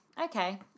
okay